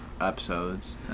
episodes